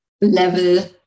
level